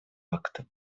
акта